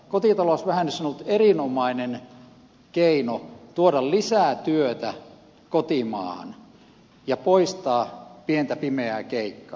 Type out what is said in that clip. kotitalousvähennys on ollut erinomainen keino tuoda lisää työtä kotimaahan ja poistaa pientä pimeää keikkaa